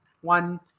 one